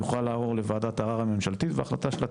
יוכל לעבור לוועדת ערער הממשלתית וההחלטה שלה,